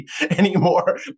anymore